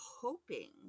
hoping